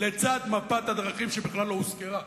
לצד מפת הדרכים שבכלל לא הוזכרה.